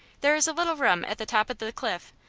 there is a little room at the top of the cliff,